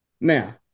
now